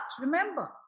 remember